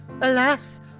Alas